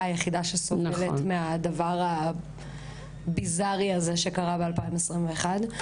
היחידה שסובלת מהדבר הביזארי הזה שקרה ב-2021.